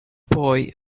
boy